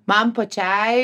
man pačiai